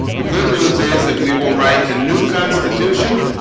the good news is that we will write a new constitution